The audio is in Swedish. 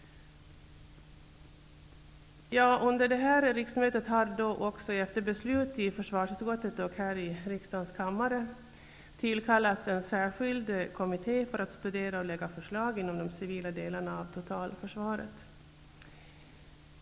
Under detta riksmöte har, efter beslut i försvarsutskottet och här i riksdagens kammare, tillkallats en särskild kommitté för att studera och lägga fram förslag inom de civila delarna av totalförsvaret.